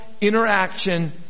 interaction